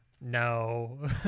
No